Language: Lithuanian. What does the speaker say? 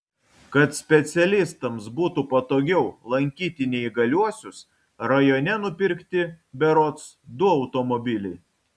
kad specialistams būtų patogiau lankyti neįgaliuosius rajone nupirkti berods du automobiliai